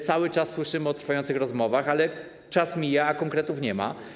Cały czas słyszymy o trwających rozmowach, ale czas mija, a konkretów nie ma.